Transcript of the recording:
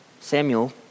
Samuel